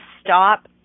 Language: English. stop